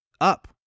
Up